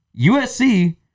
USC